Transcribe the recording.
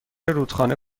رودخانه